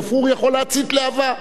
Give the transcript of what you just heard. גפרור יכול להצית להבה,